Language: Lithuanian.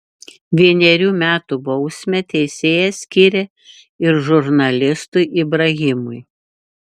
vienerių metų bausmę teisėjas skyrė ir žurnalistui ibrahimui